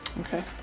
Okay